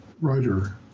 writer